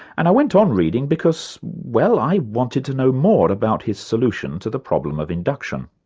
and i went on reading because, well, i wanted to know more about his solution to the problem of induction.